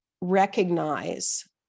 recognize